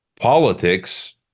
politics